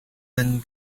and